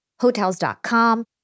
Hotels.com